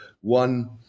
One